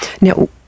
Now